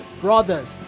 Brothers